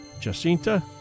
Jacinta